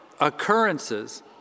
occurrences